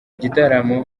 gitaramo